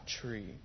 tree